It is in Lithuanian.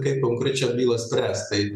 kaip konkrečias bylą spręst tai